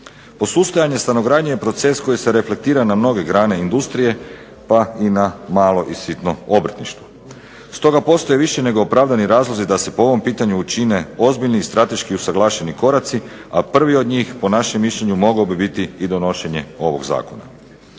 Posustajanje stanogradnje je proces koji se reflektira na mnoge grane industrije, pa i na malo i sitno obrtništvo, stoga postoje više nego opravdani razlozi da se po ovom pitanju učine ozbiljni i strateški usuglašeni koraci, a prvi od njih po našem mišljenju mogao bi biti i donošenje ovog zakona.